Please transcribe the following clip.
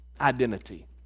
identity